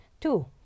Two